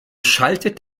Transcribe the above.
schaltet